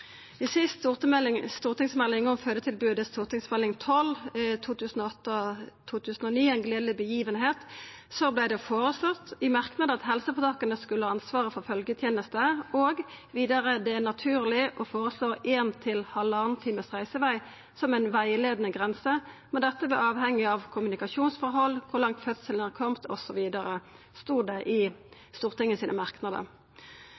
I samband med behandlinga av den siste stortingsmeldinga om fødetilbodet, Meld. St. 12 for 2008–2009 En gledelig begivenhet, vart det føreslått i merknad at helseføretaka skulle ha ansvaret for følgjetenesta. Det står vidare i merknad at det er «naturlig å foreslå én til halvannen times reisevei som veiledende grense, men dette vil avhenge av kommunikasjonsforhold, hvor langt fødselen er kommet